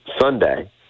Sunday